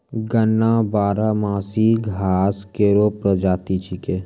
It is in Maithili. गन्ना बारहमासी घास केरो प्रजाति छिकै